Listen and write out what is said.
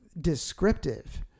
descriptive